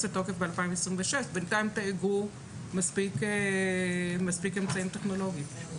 לתוקף רק ב-2026 ובינתיים תאגרו מספיק אמצעים טכנולוגיים.